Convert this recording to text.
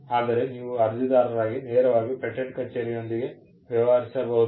ಆದರೆ ನೀವು ಅರ್ಜಿದಾರರಾಗಿ ನೇರವಾಗಿ ಪೇಟೆಂಟ್ ಕಚೇರಿಯೊಂದಿಗೆ ವ್ಯವಹರಿಸಬಹುದು